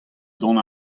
dont